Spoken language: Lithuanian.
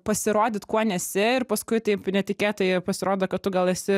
pasirodyt kuo nesi ir paskui taip netikėtai pasirodo kad tu gal esi